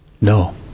No